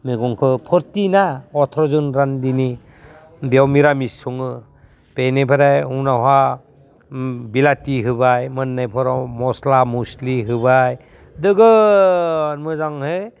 मैगंखो फर्तिना अथ्र'जन रान्दिनि बेयाव मिरामिस सङो बेनिफ्राय उनावहा बिलाथि होबाय मोननायफोराव मस्ला मस्लि होबाय दोगोन मोजांहै